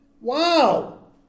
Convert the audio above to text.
Wow